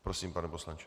Prosím, pane poslanče.